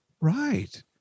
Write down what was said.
right